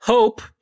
Hope